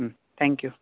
thank you